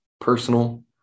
personal